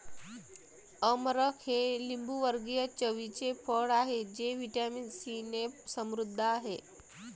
अमरख हे लिंबूवर्गीय चवीचे फळ आहे जे व्हिटॅमिन सीने समृद्ध आहे